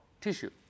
tissue